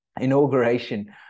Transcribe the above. inauguration